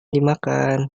dimakan